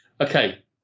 okay